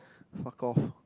fuck off